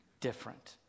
different